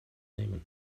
nehmen